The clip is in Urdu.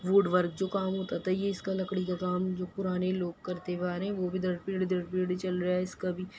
ووڈ ورک جو کام ہوتا تھا یہ جس کا لکڑی کا کام جو پرانے لوگ کرتے ہوئے آ رہے ہیں وہ بھی در پیڑھی در پیڑھی چل رہا ہے اس کا بھی